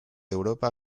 europa